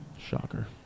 Shocker